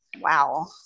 Wow